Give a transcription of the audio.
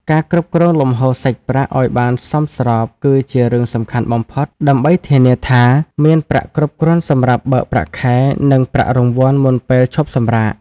ការគ្រប់គ្រងលំហូរសាច់ប្រាក់ឱ្យបានសមស្របគឺជារឿងសំខាន់បំផុត ដើម្បីធានាថាមានប្រាក់គ្រប់គ្រាន់សម្រាប់បើកប្រាក់ខែ និងប្រាក់រង្វាន់មុនពេលឈប់សម្រាក។